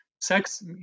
Sex